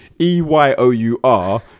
E-Y-O-U-R